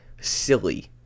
silly